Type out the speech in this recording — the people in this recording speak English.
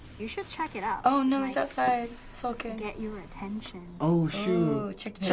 you should check it out. oh no, he's outside sulking. get your attention. oh shoot. check